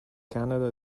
canada